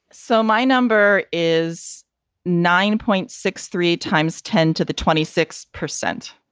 so my number is nine point six, three times tend to the twenty six percent.